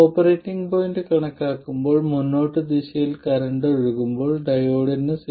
operating point കണക്കാക്കുമ്പോൾ മുന്നോട്ട് ദിശയിൽ കറന്റ് ഒഴുകുമ്പോൾ ഡയോഡിന് 0